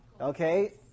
Okay